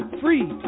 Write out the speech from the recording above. free